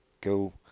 go